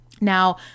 Now